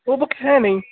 वह बुक है नहीं